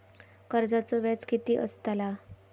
कर्जाचो व्याज कीती असताला?